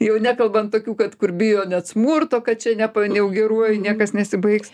jau nekalbant tokių kad kur bijo net smurto kad čia nepa jau geruoju niekas nesibaigs